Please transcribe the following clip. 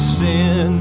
sin